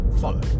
follow